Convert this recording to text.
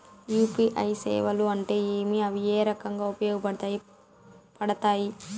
UPI సేవలు అంటే ఏమి, అవి ఏ రకంగా ఉపయోగపడతాయి పడతాయి?